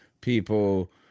people